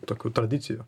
tokių tradicijų